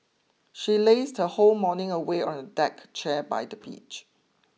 she lazed her whole morning away on a deck chair by the beach